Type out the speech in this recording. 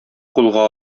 кулга